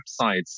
websites